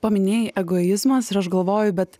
paminėjai egoizmas ir aš galvoju bet